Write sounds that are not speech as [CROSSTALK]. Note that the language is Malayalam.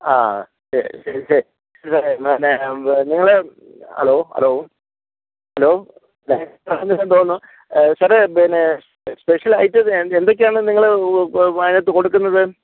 ആ ശരി ശരി സാറേ എന്നാ പിന്നെ നിങ്ങൾ ഹലോ ഹലോ ഹലോ സാറേ [UNINTELLIGIBLE] തോന്നുന്നു പിന്നെ സ്പെഷ്യൽ ഐറ്റം എന്തൊക്കെയാണ് നിങ്ങൾ അതിനകത്ത് കൊടുക്കുന്നത്